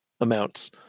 amounts